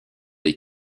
des